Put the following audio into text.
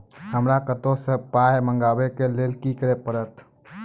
हमरा कतौ सअ पाय मंगावै कऽ लेल की करे पड़त?